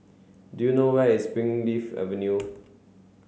do you know where is Springleaf Avenue